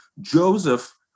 Joseph